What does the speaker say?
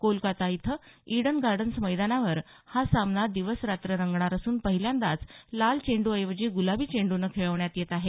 कोलकाता इथं इडन गार्डन्स मैदानावर हा सामना दिवस रात्र रंगणार असून पहिल्यांदाच लाल चेंडूऐवजी गुलाबी चेंडूनं खेळवण्यात येत आहे